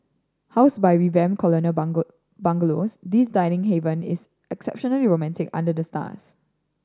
housed by revamped colonial bungalows this dining haven is exceptionally romantic under the stars